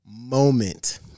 moment